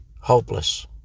hopeless